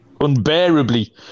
unbearably